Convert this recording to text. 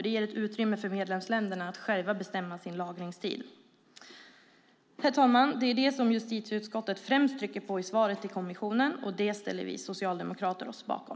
De ger ett utrymme för medlemsländerna att själva bestämma sin lagringstid. Herr talman! Det är det som justitieutskottet främst trycker på i svaret till kommissionen, och det ställer vi socialdemokrater oss bakom.